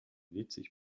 witzig